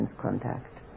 contact